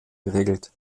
geregelt